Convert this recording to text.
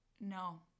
No